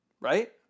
Right